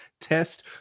test